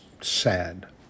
sad